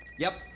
yep. ah,